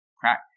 crack